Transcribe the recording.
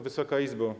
Wysoka Izbo!